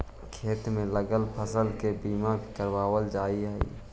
खेत में लगल फसल के भी बीमा करावाल जा हई